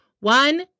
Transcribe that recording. One